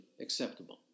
acceptable